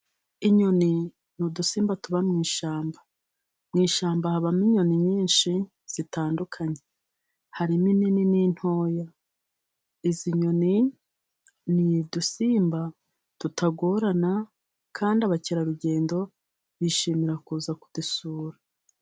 Inyoni ni udusimba tuba mu ishamba. Mu ishamba habamo inyoni nyinshi zitandukanye, harimo inini n'intoya. Izi nyoni ni udusimba tutagorana kandi abakerarugendo bishimira kuza kudusura.